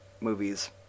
movies